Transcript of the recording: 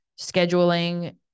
scheduling